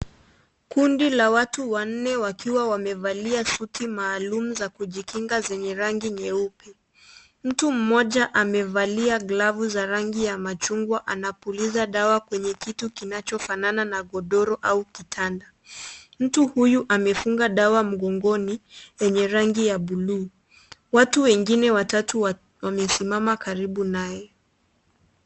Kundi la watu wanne wakiwa wamevalia suti maalum za kujikinga zenye rangi nyeupe. Mtu mmoja amevalia glavu za rangi ya machungwa anapulizia dawa kitu kinachofanana na godoro au kitanda. Mtu huyu amefunga dawa mgongoni yenye rangi ya buluu. Watu wengine watatu wamesimama karibu naye.